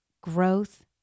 growth